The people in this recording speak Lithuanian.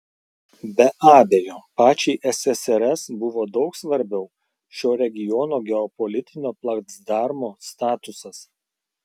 be abejo pačiai ssrs buvo daug svarbiau šio regiono geopolitinio placdarmo statusas